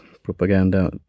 propaganda